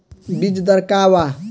बीज दर का वा?